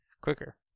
quicker